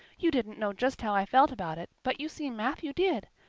you didn't know just how i felt about it, but you see matthew did.